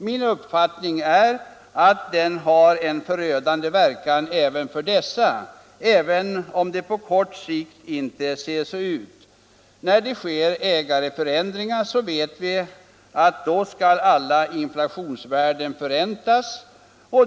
Min uppfattning är att inflationen har en förödande inverkan även för dessa, trots att det kortsiktigt inte ser så ut. När det sker ägarförändringar skall alla inflationsvärden förräntas.